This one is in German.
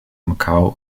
macau